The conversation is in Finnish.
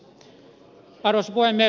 arvoisa puhemies